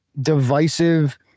divisive